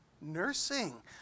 Nursing